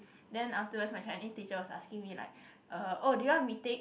then afterwards my Chinese teacher was asking me like uh oh do you want to retake